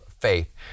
faith